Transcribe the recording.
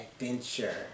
adventure